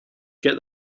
get